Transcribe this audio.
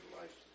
life